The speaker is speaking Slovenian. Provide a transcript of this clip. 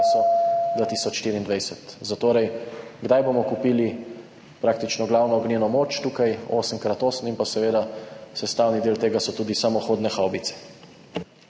so 2024. Kdaj bomo kupili praktično glavno ognjeno moč, 8x8, in pa seveda so sestavni del tega tudi samohodne havbice?